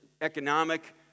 Economic